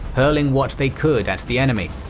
hurling what they could at the enemy.